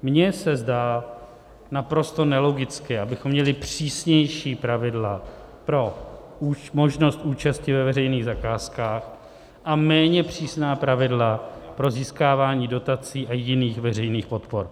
Mně se zdá naprosto nelogické, abychom měli přísnější pravidla pro možnost účasti ve veřejných zakázkách a méně přísná pravidla pro získávání dotací a jiných veřejných podpor.